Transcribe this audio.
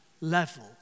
level